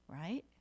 right